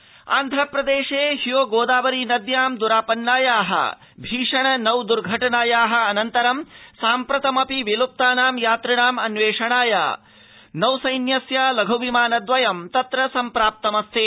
आन्ध्रप्रदृष्ट नौदर्घटना आन्ध्रप्रदेशे ह्यो गोदावरी नद्यां द्रापन्नायाः भीषण नौ दर्घटनायाः अनन्तरं साम्प्रतमपि विलुप्तानां यात्रिणाम् अन्वेषणाय नौसस्थिस्य लघ्विमान द्रयं तत्र सम्प्राप्तमस्ति